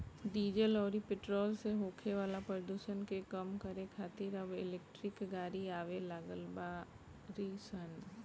diesel अउरी petrol से होखे वाला प्रदुषण के कम करे खातिर अब इलेक्ट्रिक गाड़ी आवे लागल बाड़ी सन